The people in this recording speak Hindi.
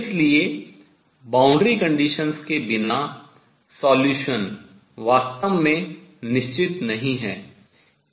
इसलिए boundary condition सीमा प्रतिबंध शर्त के बिना solution हल वास्तव में निश्चित नहीं है